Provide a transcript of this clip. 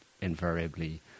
invariably